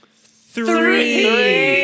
Three